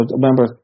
remember